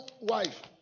wife